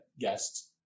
guests